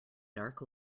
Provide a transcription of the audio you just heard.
dark